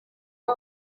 ubu